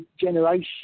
generation